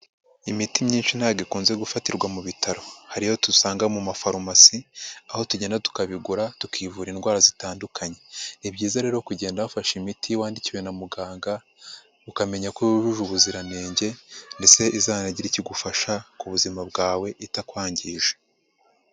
Imiti myinshi ntabwo ikunze gufatirwa mu bitaro, hari iyo dusanga mu mafarumasi, aho tugenda tukabigura tukivura indwara zitandukanye, ni byiza rero kugenda wafashe imiti wandikiwe na muganga ukamenya ko yujuje ubuziranenge ndetse izanagira icyo igufasha ku buzima bwawe ndetse itakwangije.